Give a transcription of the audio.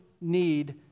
need